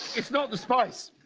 it's not the spice,